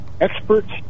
experts